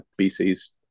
BC's